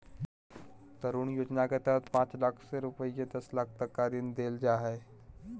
तरुण योजना के तहत पांच लाख से रूपये दस लाख तक का ऋण देल जा हइ